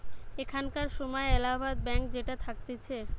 এখানকার সময় এলাহাবাদ ব্যাঙ্ক যেটা থাকতিছে